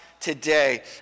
today